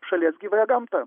šalies gyvąją gamtą